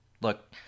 Look